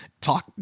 talk